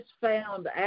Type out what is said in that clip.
found